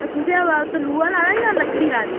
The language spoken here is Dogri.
तुसें अवा तलूहा लाए दा जां लकड़ी लाई दी